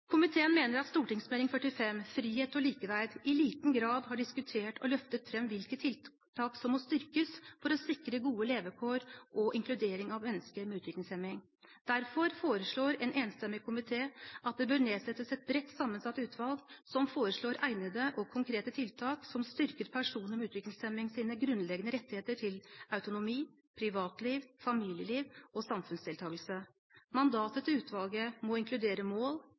Komiteen mener at Meld. St. 45 for 2012–2013, Frihet og likeverd, i liten grad har diskutert og løftet fram hvilke tiltak som må styrkes for å sikre gode levekår og inkludering av mennesker med utviklingshemning. Derfor foreslår en enstemmig komité at det bør nedsettes et bredt sammensatt utvalg som foreslår egnede og konkrete tiltak som styrker personer med utviklingshemnings grunnleggende rettigheter til autonomi, privatliv, familieliv og samfunnsdeltakelse. Utvalgets mandat må inkludere mål,